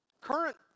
Current